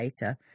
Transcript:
later